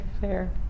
fair